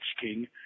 King